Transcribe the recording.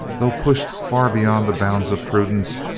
though pushed far beyond the bounds of prudence,